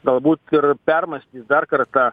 galbūt ir permąstys dar kartą